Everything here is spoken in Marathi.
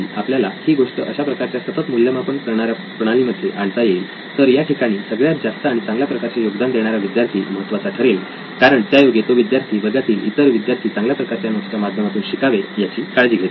आपल्याला ही गोष्ट अशाप्रकारच्या सतत मूल्यमापन करणाऱ्या प्रणाली मध्ये आणता येईल तर या ठिकाणी सगळ्यात जास्त आणि चांगल्या प्रकारचे योगदान देणारा विद्यार्थी महत्त्वाचा ठरेल कारण त्यायोगे तो विद्यार्थी वर्गातील इतर विद्यार्थी चांगल्या प्रकारच्या नोट्स च्या माध्यमातून शिकावे याची काळजी घेत आहे